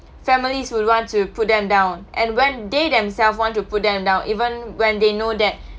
families would want to put them down and when they themselves want to put them down even when they know that